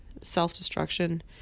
self-destruction